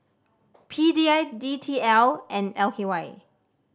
P D I D T L and L K Y